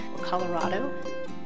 Colorado